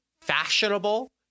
fashionable